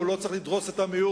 אבל הוא לא צריך לדרוס את המיעוט.